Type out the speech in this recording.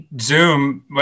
Zoom